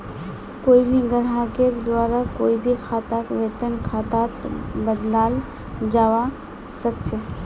कोई भी ग्राहकेर द्वारा कोई भी खाताक वेतन खातात बदलाल जवा सक छे